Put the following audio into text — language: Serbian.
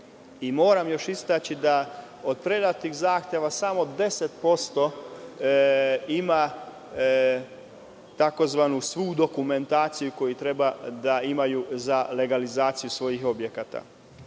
Moram još istaći da od predatih zahteva samo 10% ima tzv. svu dokumentaciju koju treba da imaju za legalizaciju svojih objekata.